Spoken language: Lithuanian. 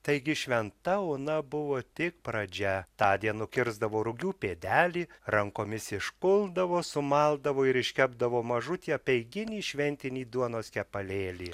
taigi šventa ona buvo tik pradžia tądien nukirsdavo rugių pėdelį rankomis iškuldavo sumaldavo ir iškepdavo mažutį apeiginį šventinį duonos kepalėlį